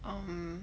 um